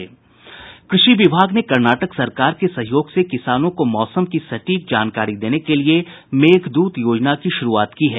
कृषि विभाग ने कर्नाटक सरकार के सहयोग से किसानों को मौसम की सटीक जानकारी देने के लिए मेघदूत योजना की शुरूआत की है